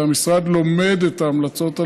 והמשרד לומד את ההמלצות הללו,